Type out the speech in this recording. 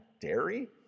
dairy